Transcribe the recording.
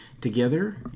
together